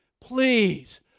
Please